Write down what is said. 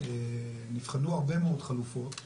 נבחנו הרבה מאוד חלופות